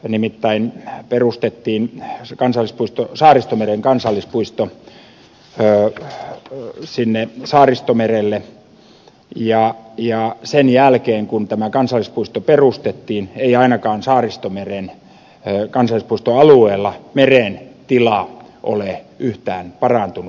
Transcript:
nimittäin perustettiin saaristomeren kansallispuisto sinne saaristomerelle ja sen jälkeen kun tämä kansallispuisto perustettiin ei meren tila ainakaan saaristomeren kansallispuistoalueella ole yhtään parantunut